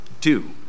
two